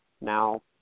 Now